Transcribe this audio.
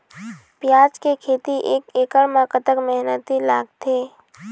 प्याज के खेती एक एकड़ म कतक मेहनती लागथे?